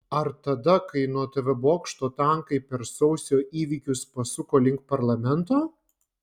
ar tada kai nuo tv bokšto tankai per sausio įvykius pasuko link parlamento